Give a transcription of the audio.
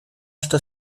что